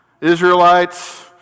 Israelites